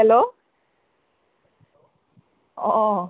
hello অ'